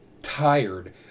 Tired